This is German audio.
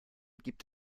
gibt